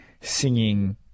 singing